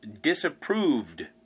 disapproved